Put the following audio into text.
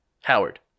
Howard